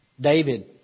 David